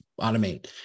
automate